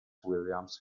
williams